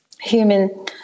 human